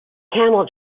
camel